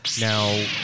Now